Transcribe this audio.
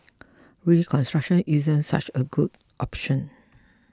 reconstruction isn't such a good option